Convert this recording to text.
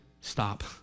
Stop